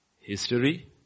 History